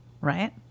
right